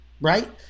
right